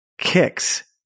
Kicks